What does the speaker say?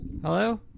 Hello